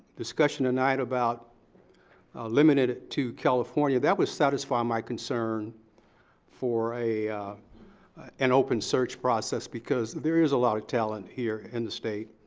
discussion tonight about limited to california, that would satisfy my concern for an open search process, because there is a lot of talent here in the state